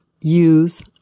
Use